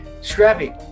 Scrappy